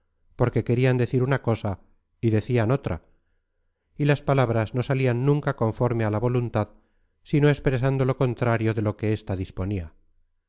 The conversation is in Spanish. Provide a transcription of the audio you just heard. porque querían decir una cosa y decían otra y las palabras no salían nunca conforme a la voluntad sino expresando lo contrario de lo que esta